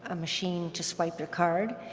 ah machine to swipe their card.